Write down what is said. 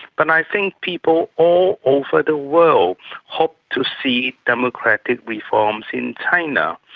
but i think people all over the world hope to see democratic reforms in china,